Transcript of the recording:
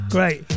Great